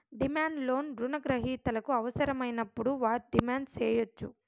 demand loan రుణ గ్రహీతలకు అవసరమైనప్పుడు వారు డిమాండ్ సేయచ్చు